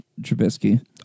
Trubisky